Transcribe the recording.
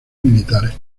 militares